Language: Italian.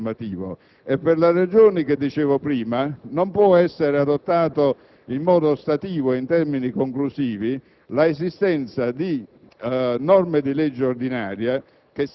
di adottare questo particolare strumento normativo. Né, per le ragioni che dicevo prima, può essere assunta in modo ostativo e in termini conclusivi l'esistenza di